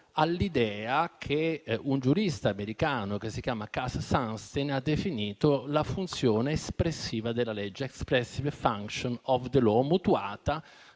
all'idea che un giurista americano, Cass Sunstein, ha definito la funzione espressiva della legge, *expressive function of the law*, mutuata